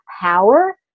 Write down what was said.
power